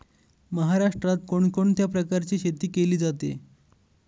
महाराष्ट्रात कोण कोणत्या प्रकारची शेती केली जाते?